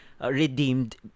redeemed